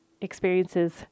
experiences